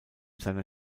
seiner